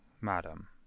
madam